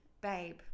babe